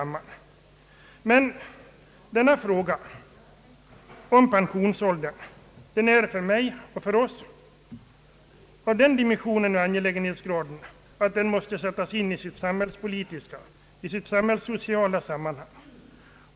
Men frågan om pensionsåldern är emellertid för mig och för oss av den dimensionen och angelägenhetsgraden att den måste sättas in i sitt samhällspolitiska och samhällssociala sammanhang.